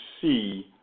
see